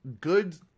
good